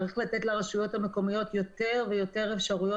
צריך לתת לרשויות המקומיות יותר ויותר אפשרויות